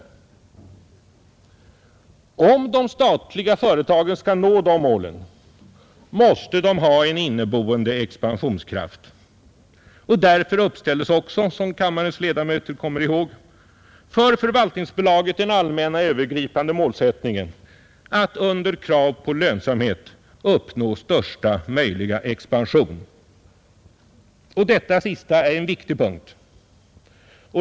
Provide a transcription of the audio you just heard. Om de statliga företagen skall uppnå de målen måste de ha en inneboende expansionskraft, och därför uppställdes också, som kammarens ledamöter kommer ihåg, för förvaltningsbolaget den allmänna övergripande målsättningen att under krav på lönsamhet uppnå största möjliga expansion. Det sistnämnda är en viktig punkt.